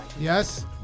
Yes